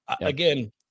Again